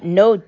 no